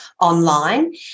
online